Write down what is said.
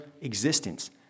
existence